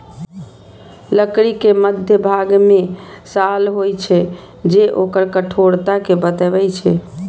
लकड़ी के मध्यभाग मे साल होइ छै, जे ओकर कठोरता कें बतबै छै